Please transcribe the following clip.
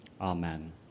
Amen